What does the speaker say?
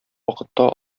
вакытта